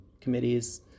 committees